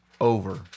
over